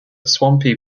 swampy